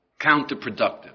Counterproductive